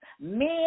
men